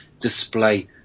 display